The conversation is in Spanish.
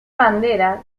bandera